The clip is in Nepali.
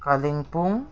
कालिम्पोङ